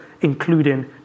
including